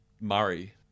Murray